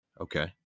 Okay